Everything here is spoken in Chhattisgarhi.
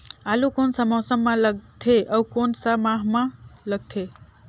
आलू कोन सा मौसम मां लगथे अउ कोन सा माह मां लगथे?